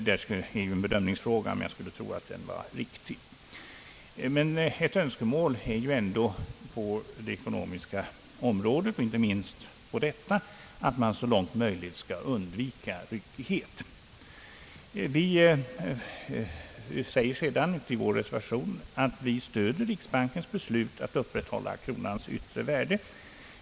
Det är en bedömningsfråga, och jag skulle tro att den bedömning som gjordes var riktig. Men ett önskemål på det ekonomiska området och inte minst på detta är att man så långt möjligt skall undvika ryckighet. Vi säger sedan i vår reservation att vi stöder riksbankens beslut att upprätthålla kronans yttre värde.